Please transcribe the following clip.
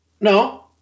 No